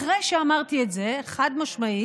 אחרי שאמרתי את זה, חד-משמעית